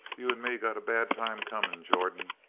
you and me got a bad time coming, jordan,